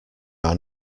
are